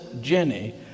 Jenny